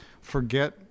forget